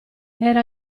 era